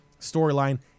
storyline